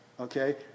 Okay